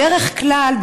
בדרך כלל,